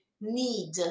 need